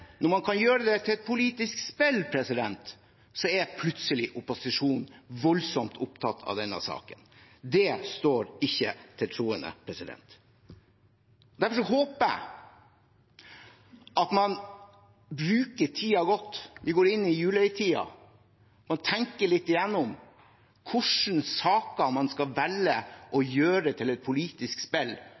når man kan gjøre det til et politisk spill, er plutselig opposisjonen voldsomt opptatt av denne saken. Det står ikke til troende. Derfor håper jeg at man bruker tiden godt – vi går inn i julehøytiden – og tenker litt gjennom hvilke saker man skal velge å gjøre til et politisk spill,